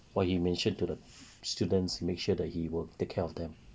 what he mentioned to the students make sure that he will take care of them